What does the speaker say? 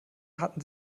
hatten